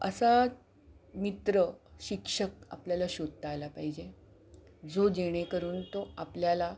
असा मित्र शिक्षक आपल्याला शोधता आला पाहिजे जो जेणेकरून तो आपल्याला